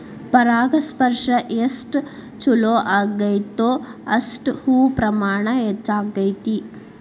ಪರಾಗಸ್ಪರ್ಶ ಎಷ್ಟ ಚುಲೋ ಅಗೈತೋ ಅಷ್ಟ ಹೂ ಪ್ರಮಾಣ ಹೆಚ್ಚಕೈತಿ